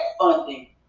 funding